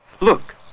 Look